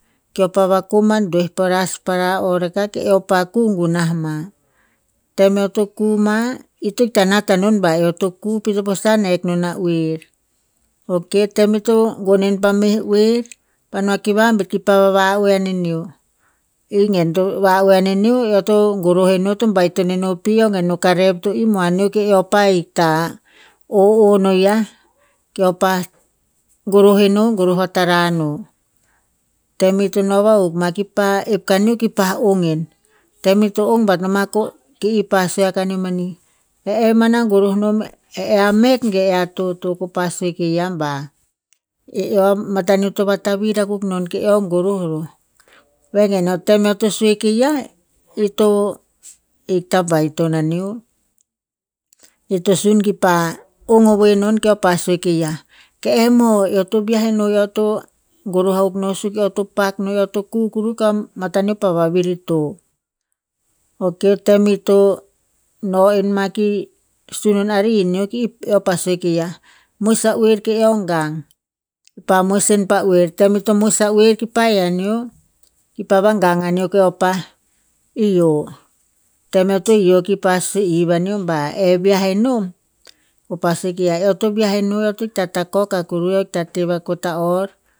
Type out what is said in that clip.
Keo pa vakom doeh pa laspara o rakah ke eo pa ku gunah ma. Tem eo to ku ma, ito ikta nat anon ba eo to ku pi i to pusan hek non a oer. Ok, tem ito gon en pa meh oer pa no ki vambet ki pa vava oe aneneo. I gen to va oe aneneo eo togoroh eno eo to baiton enon pi eo gen o karev to im aneo ke eo pa ikta o- o no ya, keo pa goroh eno goroh vatara no. Tem ito no vahuk ma ki pa ep kaneo kipa ong en. Tem ito ong bat noma ko ki ipa sue a kaneo mani, e eh mana goroh nom, eh a met ge eh a toto. Ko pa sue ke ya ba, e eo mata neo to vatavir a kuk non ke eo goroh roh. Vengen o tem eo to sue ke ya ita baiton aneo. I pa sun kipa ong ovoe non keo pa sue ke ya. Ke e moh eo to viah eno eo to goroh akuk no suk eo to pak no eo to ku kuru ka mataneo pa vavirito. Ok tem ito no en ma ki sun non a rihineo keo pa sue ke ya, moes a oer ke eo gang. Ki pa moes en pa oer. Tem ito moes a oer ki pa he aneo, kipa va gang aneo kep pa ioh. Tem eo to ioh kipa hiv aneo ba, eh viah enom. Ko pa sue ke ya, eo to viah eno, eo to ita takok a kuru eo to ita teh va ta'or.